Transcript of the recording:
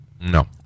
No